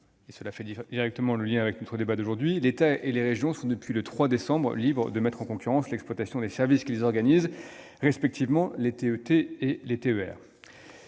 cela fait directement le lien avec notre débat d'aujourd'hui, l'État et les régions sont depuis le 3 décembre libres de mettre en concurrence l'exploitation des services qu'ils organisent, respectivement les trains